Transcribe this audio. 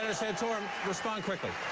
ah santorum, respond quickly.